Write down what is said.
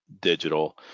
digital